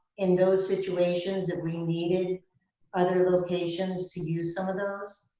in those situations if we needed other locations to use some of those?